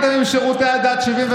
לא,